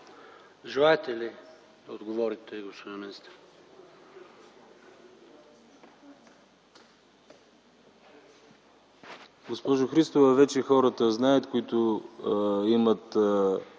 Желаете ли да отговорите, господин